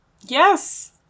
Yes